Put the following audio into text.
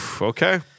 Okay